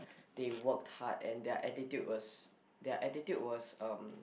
they worked hard and their attitude was their attitude was um